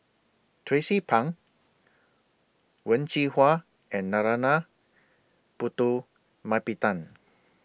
Tracie Pang Wen Jinhua and Narana Putumaippittan